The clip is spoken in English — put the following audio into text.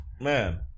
Man